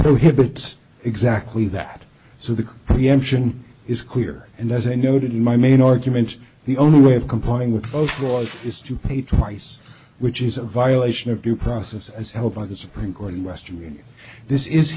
prohibits exactly that so the preemption is clear and as i noted in my main argument the only way of complying with both laws is to pay twice which is a violation of due process as help by the supreme court in western union this is